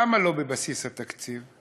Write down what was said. למה לא בבסיס התקציב?